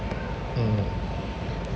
mm